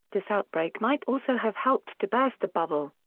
this outbreak might also have helped to burst the bubble.